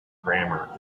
grammar